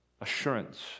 assurance